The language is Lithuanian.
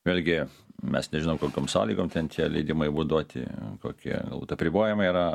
vėlgi mes nežinom kokiom sąlygom ten tie leidimai buvo duoti kokie apribojimai yra